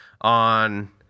on